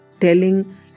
telling